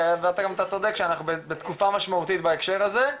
ואתה גם צודק שאנחנו בתקופה משמעותית בהקשר הזה,